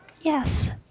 Yes